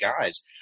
guys